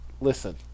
listen